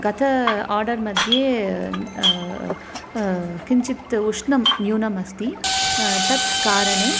गत आर्डर्मध्ये किञ्चित् उष्णं न्यूनम् अस्ति तत् कारणे